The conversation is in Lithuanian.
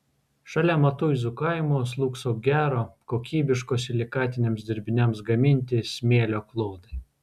šalia matuizų kaimo slūgso gero kokybiško silikatiniams dirbiniams gaminti smėlio klodai